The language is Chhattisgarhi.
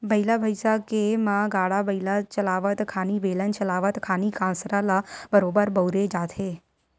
बइला भइसा के म गाड़ा बइला चलावत खानी, बेलन चलावत खानी कांसरा ल बरोबर बउरे जाथे